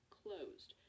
closed